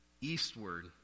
eastward